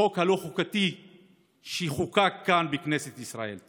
החוק הלא-חוקתי שחוקק כאן בכנסת ישראל.